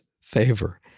favor